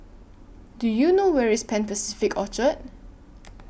Do YOU know Where IS Pan Pacific Orchard